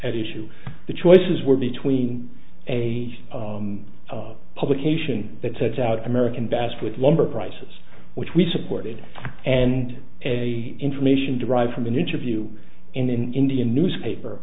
at issue the choices were between a zero publication that said south american basque with lumber prices which we supported and a information derived from an interview in an indian newspaper